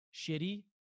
shitty